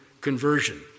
conversion